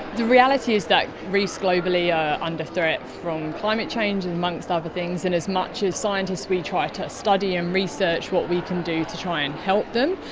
the reality is that reefs globally are under threat from climate change, and amongst other things, and as much, as scientists, we try to study and research what we can do to try and help them,